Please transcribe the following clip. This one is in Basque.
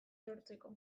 sortzeko